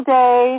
day